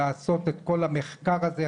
לעשות את כל המחקר הזה,